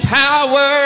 power